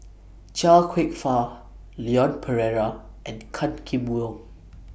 Chia Kwek Fah Leon Perera and Gan Kim Yong